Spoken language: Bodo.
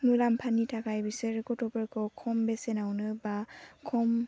मुलाम्फानि थाखाय बिसोर गथ'फोरखौ खम बेसेनावनो बा खम